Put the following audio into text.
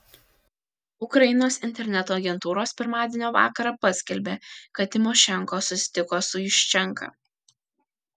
ukrainos interneto agentūros pirmadienio vakarą paskelbė kad tymošenko susitiko su juščenka